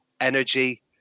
energy